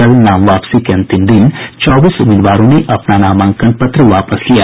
कल नाम वापसी के अंतिम दिन चौबीस उम्मीदवारों ने अपना नामांकन पत्र वापस लिया